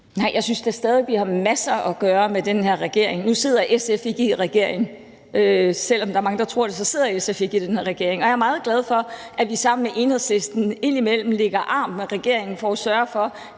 Nej, jeg synes da stadig, at vi har masser at gøre med den her regering. Nu sidder SF ikke i regering – selv om mange tror det, sidder SF ikke i den her regering. Og jeg er meget glad for, at vi sammen med Enhedslisten indimellem lægger arm med regeringen for at sørge for,